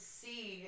see